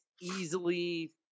easily